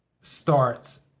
starts